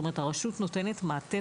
הרשות נותנת מעטפת.